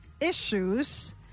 issues